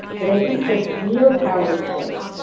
but i think the real power of choice,